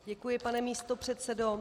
Děkuji, pane místopředsedo.